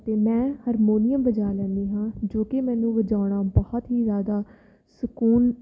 ਅਤੇ ਮੈਂ ਹਰਮੋਨੀਅਮ ਵਜਾ ਲੈਂਦੀ ਹਾਂ ਜੋ ਕਿ ਮੈਨੂੰ ਵਜਾਉਣਾ ਬਹੁਤ ਹੀ ਜ਼ਿਆਦਾ ਸਕੂਨ